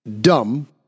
dumb